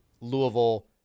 Louisville